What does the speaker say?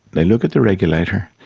they look at the regulator,